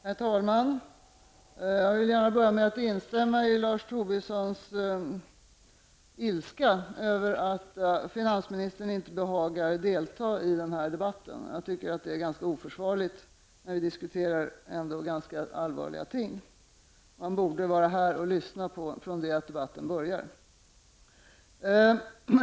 Herr talman! Jag vill gärna börja med att instämma i Lars Tobissons ilska över att finansministern inte behagar delta i den här debatten. Jag tycker att det är ganska oförsvarligt när vi ändå diskuterar ganska allvarliga ting. Man borde vara här och lyssna från det att debatten börjar.